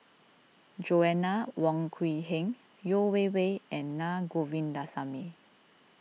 Joanna Wong Quee Heng Yeo Wei Wei and Na Govindasamy